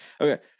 Okay